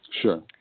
Sure